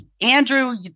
Andrew